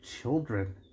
children